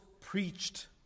preached